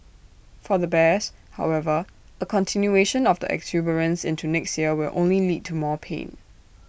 for the bears however A continuation of the exuberance into next year will only lead to more pain